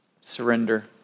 Surrender